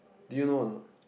do you know or not